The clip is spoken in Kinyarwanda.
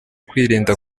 kwirinda